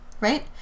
right